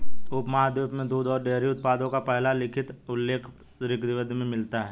उपमहाद्वीप में दूध और डेयरी उत्पादों का पहला लिखित उल्लेख ऋग्वेद में मिलता है